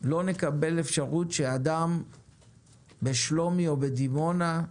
לא נקבל אפשרות שאדם בשלומי, בדימונה,